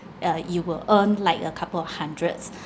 uh you will earn like a couple of hundreds